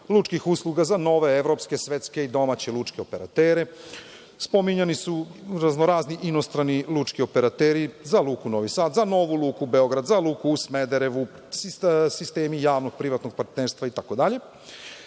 lučkih usluga za nove evropske, svetske i domaće lučke operatere, spominjani su raznorazni inostrani lučki operateri, za Luku Novi Sad, za novu Luku Beograd, za Luku u Smederevu, sistemi javnog privatnog partnerstva itd. Ali,